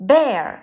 Bear